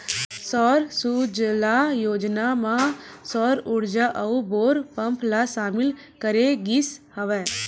सौर सूजला योजना म सौर उरजा अउ बोर पंप ल सामिल करे गिस हवय